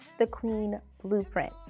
thequeenblueprint